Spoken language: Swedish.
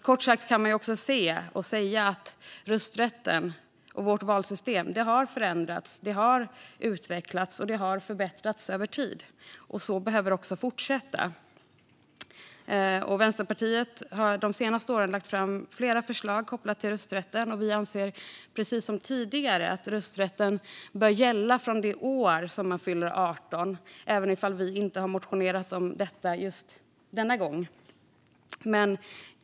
Kort sagt kan man konstatera att rösträtten och vårt valsystem har förändrats, utvecklats och förbättrats över tid, och så behöver det fortsätta. Vänsterpartiet har de senaste åren lagt fram flera förslag kopplade till rösträtten. Vi anser precis som tidigare, även om vi inte har motionerat om det denna gång, att rösträtten bör gälla från det år man fyller 18 år.